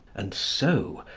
and so,